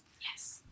Yes